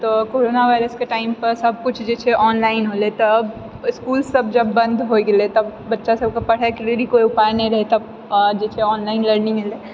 तऽ कोरोना वायरसकऽ टाइम पर सभकुछ जे छै ऑनलाइन होलय तब स्कूलसभ जब बन्द होइ गेलय तब बच्चासभकऽ पढ़यकऽ लिअ कोइ उपाय नहि रहय तब जे छै ऑनलाइन लर्निङ्ग एलय